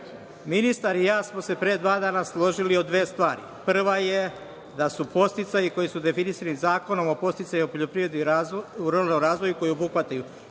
i ja smo se pre dva dana složili o dve stvari. Prva je da su podsticaji koji su definisani Zakonom o podsticajima u poljoprivredi i ruralnom razvoju, koji obuhvataju